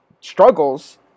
struggles